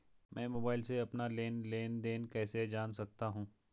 मैं मोबाइल से अपना लेन लेन देन कैसे जान सकता हूँ?